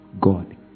God